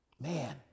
Man